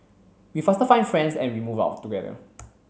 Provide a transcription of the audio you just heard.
we faster find friends and we move out together